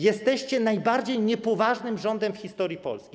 Jesteście najbardziej niepoważnym rządem w historii Polski.